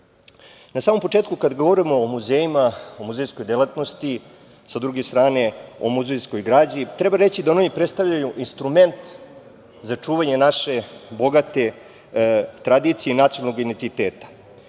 samom početku, kada govorimo o muzejima, o muzejskoj delatnosti, sa druge strane o muzejskoj građi, treba reći da oni predstavljaju instrument za čuvanje naše bogate tradicije i nacionalnog identiteta.